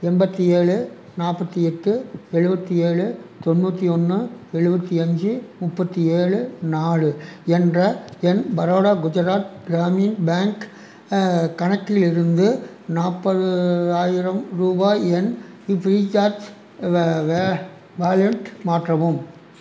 எண்பத்தி ஏழு நாற்பத்தி எட்டு எழுபத்தி ஏழு தொண்ணூற்றி ஒன்று எழுபத்தி அஞ்சு முப்பத்தி ஏழு நாலு என்ற என் பரோடா குஜராத் கிராமின் பேங்க் கணக்கிலிருந்து நாற்பது ஆயிரம் ரூபாய் என் ஃப்ரீசார்ஜ் வாலெட்டு மாற்றவும்